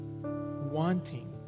wanting